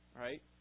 Right